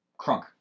Crunk